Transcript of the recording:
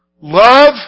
love